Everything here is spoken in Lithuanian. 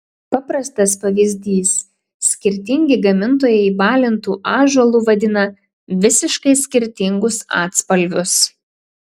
paprastas pavyzdys skirtingi gamintojai balintu ąžuolu vadina visiškai skirtingus atspalvius